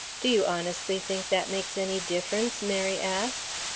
do you honestly think that makes any difference? mary asked.